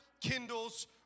kindles